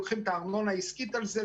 לוקחים את הארנונה העסקית על זה,